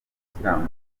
gusiramura